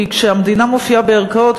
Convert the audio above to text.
כי כשהמדינה מופיעה בערכאות,